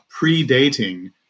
predating